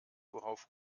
worauf